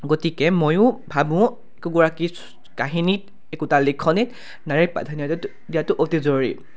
গতিকে ময়ো ভাবোঁ একোগৰাকী কাহিনীত একোটা লিখনিত নাৰীক প্ৰাধান্য দিয়াতো দিয়াতো অতি জৰুৰী